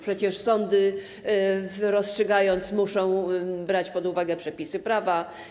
Przecież sądy, rozstrzygając, muszą brać pod uwagę przepisy prawa.